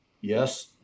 Yes